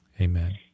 Amen